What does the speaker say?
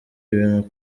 ibintu